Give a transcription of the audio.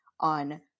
on